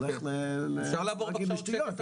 אני לא אגיד לשטויות,